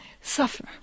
suffer